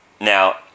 Now